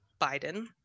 biden